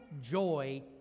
joy